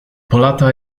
polata